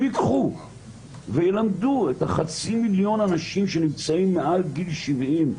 אם ייקחו וילמדו את חצי מיליון האנשים שנמצאים מעל גיל 70,